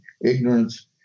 ignorance